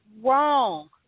wrong